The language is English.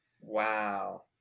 Wow